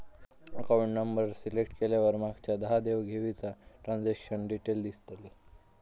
account number select केल्यावर मागच्या दहा देव घेवीचा ट्रांजॅक्शन डिटेल दिसतले